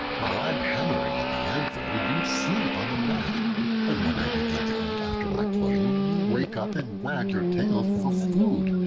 while i am hammering on the anvil, you sleep on the mat and when i begin to eat after my toil, you wake up and wag your tail for food.